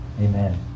Amen